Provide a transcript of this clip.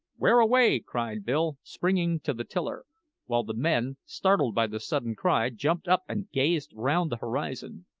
where away? cried bill, springing to the tiller while the men, startled by the sudden cry, jumped up and gazed round the horizon.